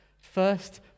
First